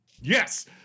Yes